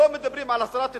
לא מדברים על הסרת התנחלויות,